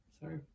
sorry